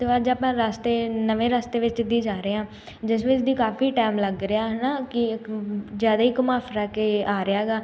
ਅਤੇ ਉਹ ਅੱਜ ਆਪਾਂ ਰਸਤੇ ਨਵੇਂ ਰਸਤੇ ਵਿੱਚ ਦੀ ਜਾ ਰਹੇ ਹਾਂ ਜਿਸ ਵਿੱਚ ਦੀ ਕਾਫ਼ੀ ਟਾਈਮ ਲੱਗ ਰਿਹਾ ਹੈ ਨਾ ਕਿ ਜ਼ਿਆਦਾ ਹੀ ਘੁੰਮਾ ਫਿਰਾ ਕੇ ਆ ਰਿਹਾ ਗਾ